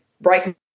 breaking